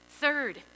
Third